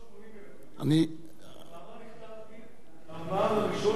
בעבר הזכרתי, הראשון, 80,000 יהודים.